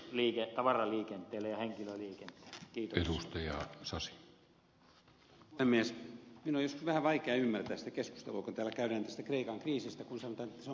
minun on joskus vähän vaikea ymmärtää sitä keskustelua jota täällä käydään tästä kreikan kriisistä kun sanotaan että se on pankkien vika